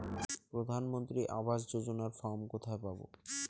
প্রধান মন্ত্রী আবাস যোজনার ফর্ম কোথায় পাব?